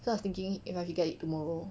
so I was thinking if I should get it tomorrow